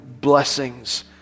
blessings